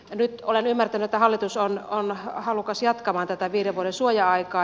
nyt olen ymmärtänyt että hallitus on halukas jatkamaan tätä viiden vuoden suoja aikaa